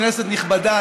כנסת נכבדה,